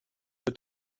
wird